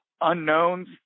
unknowns